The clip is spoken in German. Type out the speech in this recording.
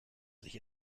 sich